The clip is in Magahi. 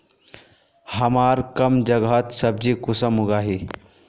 हमार कम जगहत सब्जी कुंसम उगाही?